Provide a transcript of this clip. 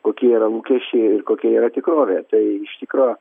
kokie yra lūkesčiai ir kokia yra tikrovė tai iš tikro